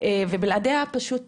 ובלעדיה פשוט